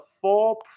four